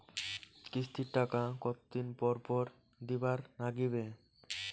কিস্তির টাকা কতোদিন পর পর দিবার নাগিবে?